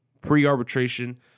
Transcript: pre-arbitration